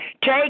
Take